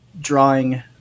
Drawing